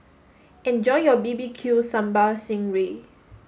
enjoy your B B Q sambal sting ray